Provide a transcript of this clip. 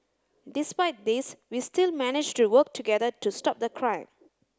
despite these we still managed to work together to stop the crime